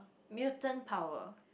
mutant power